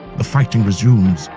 the fighting resumes,